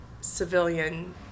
civilian